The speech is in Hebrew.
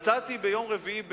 ביום רביעי,